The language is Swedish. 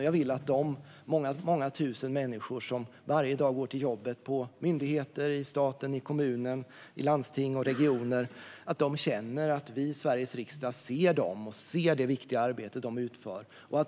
Jag vill att de många tusen människor som varje dag går till jobbet på myndigheter, i staten, i kommuner, i landsting och i regioner ska känna att vi i Sveriges riksdag ser dem och ser det viktiga arbete de utför.